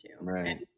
Right